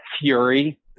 fury